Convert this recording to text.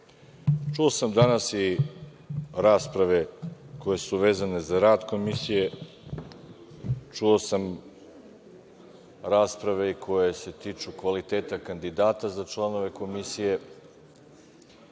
čuo sam danas i rasprave koje su vezane za rad Komisije, čuo sam rasprave i koje se tiču kvaliteta kandidata za članove Komisije